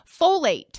Folate